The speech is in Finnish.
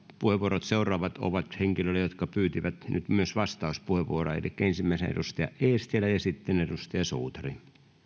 seuraavat puheenvuorot ovat henkilöille jotka pyysivät nyt myös vastauspuheenvuoroa elikkä ensimmäisenä edustaja eestilä ja sitten edustaja suutari